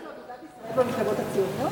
אתה כולל את ש"ס ואגודת ישראל במפלגות הציוניות?